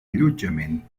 allotjament